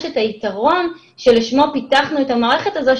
את היתרון שלשמו פיתחנו את המערכת הזו,